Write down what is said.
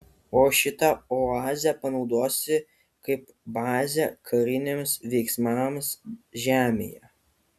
o šitą oazę panaudosi kaip bazę kariniams veiksmams žemėje